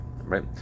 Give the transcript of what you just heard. right